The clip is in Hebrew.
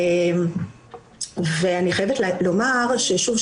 אני חייבת לומר שוב,